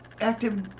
Active